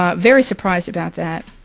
um very surprised about that.